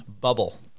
bubble